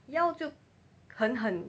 要就狠狠